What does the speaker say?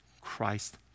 Christ